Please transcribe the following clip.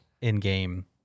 in-game